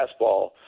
fastball